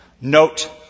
Note